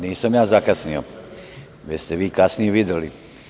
Nisam ja zakasnio, već ste vi kasnije videli.